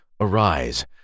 Arise